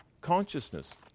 consciousness